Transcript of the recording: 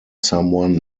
someone